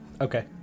Okay